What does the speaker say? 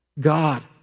God